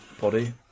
body